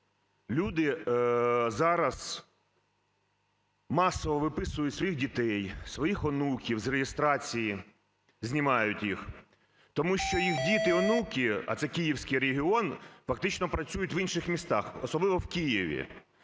Люди зараз масово виписують своїх дітей, своїх онуків з реєстрації знімають їх, тому що їх діти й онуки (а це київський регіон) фактично працюють в інших містах, особливо в Києві,